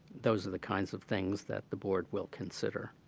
those are the kinds of things that the board will consider.